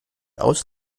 aus